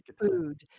food